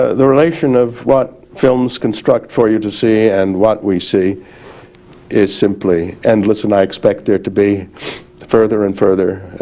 the relation of what films construct for you to see and what we see is simply endless and i expect there to be further and further